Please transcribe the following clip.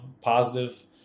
positive